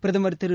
பிரதமர் திரு